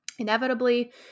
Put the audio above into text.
Inevitably